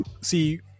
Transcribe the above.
see